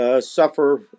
Suffer